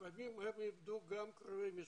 לפעמים הם איבדו גם קרובי משפחה.